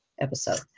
episode